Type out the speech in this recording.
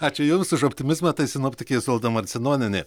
ačiū jums už optimizmą tai sinoptikė izolda marcinonienė